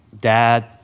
dad